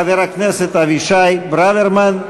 חבר הכנסת אבישי ברוורמן.